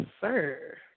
sir